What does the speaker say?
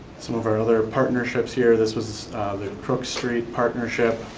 some of our other partnerships here. this was the crooks street partnership.